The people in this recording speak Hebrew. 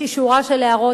יש לי שורה של הערות,